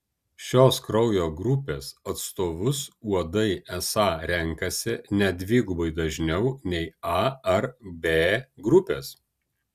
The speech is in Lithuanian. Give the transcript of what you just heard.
šios kraujo grupės atstovus uodai esą renkasi net dvigubai dažniau nei a ar b grupės